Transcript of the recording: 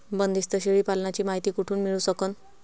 बंदीस्त शेळी पालनाची मायती कुठून मिळू सकन?